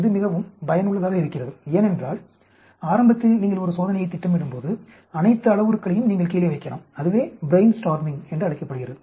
இது மிகவும் பயனுள்ளதாக இருக்கிறது ஏனென்றால் ஆரம்பத்தில் நீங்கள் ஒரு சோதனையைத் திட்டமிடும்போது அனைத்து அளவுருக்களையும் நீங்கள் கீழே வைக்கலாம் அதுவே ப்ரெயின் ஸ்டார்மிங் என்று அழைக்கப்படுகின்றது